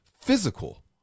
physical